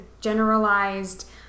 generalized